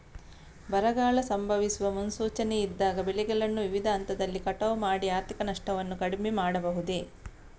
ಬರಗಾಲ ಸಂಭವಿಸುವ ಮುನ್ಸೂಚನೆ ಇದ್ದಾಗ ಬೆಳೆಗಳನ್ನು ವಿವಿಧ ಹಂತದಲ್ಲಿ ಕಟಾವು ಮಾಡಿ ಆರ್ಥಿಕ ನಷ್ಟವನ್ನು ಕಡಿಮೆ ಮಾಡಬಹುದೇ?